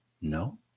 No